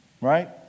right